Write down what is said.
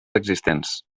existents